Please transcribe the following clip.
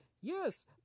yes